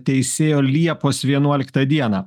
teisėjo liepos vienuoliktą dieną